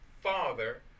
Father